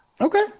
Okay